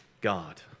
God